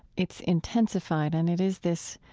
it's intensified. and it is this,